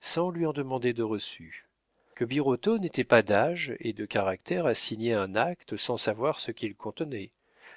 sans lui en demander de reçu que birotteau n'était pas d'âge et de caractère à signer un acte sans savoir ce qu'il contenait